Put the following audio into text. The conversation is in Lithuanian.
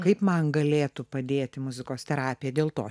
kaip man galėtų padėti muzikos terapija dėl to aš